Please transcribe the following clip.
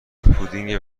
پودینگ